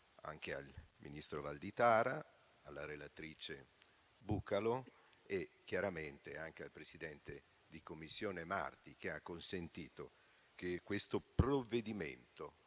al ministro Valditara, alla relatrice Bucalo e chiaramente anche al presidente della 7a Commissione Marti, che ha consentito che questo provvedimento